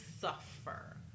suffer